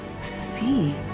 see